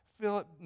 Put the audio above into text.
Philip